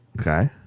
Okay